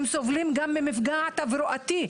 הם סובלים גם ממפגע תברואתי,